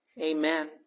Amen